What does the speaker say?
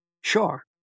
Sure